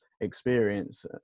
experience